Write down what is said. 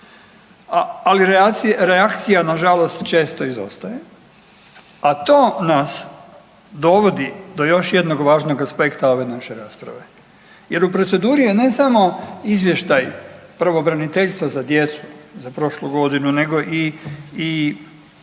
ali reakcija nažalost često izostaje. A to nas dovodi do još jednog važnog aspekta ove naše rasprave jer u proceduri je ne samo izvještaj pravobraniteljstva za djecu za prošlu godinu, nego i